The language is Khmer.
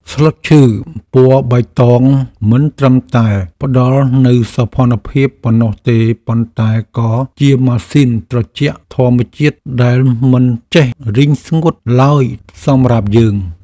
ស្លឹកឈើពណ៌បៃតងមិនត្រឹមតែផ្ដល់នូវសោភ័ណភាពប៉ុណ្ណោះទេប៉ុន្តែក៏ជាម៉ាស៊ីនត្រជាក់ធម្មជាតិដែលមិនចេះរីងស្ងួតឡើយសម្រាប់យើង។